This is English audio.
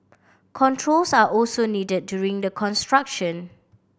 controls are also needed during the construction